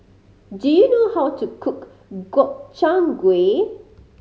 do you know how to cook Gobchang Gui